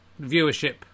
viewership